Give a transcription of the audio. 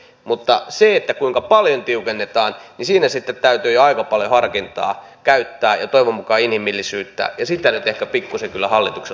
mutta siinä kuinka paljon tiukennetaan täytyy sitten jo aika paljon harkintaa käyttää ja toivon mukaan inhimillisyyttä ja sitä nyt ehkä pikkuisen kyllä hallitukselta puuttuu